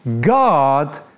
God